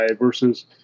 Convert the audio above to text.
versus